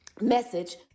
message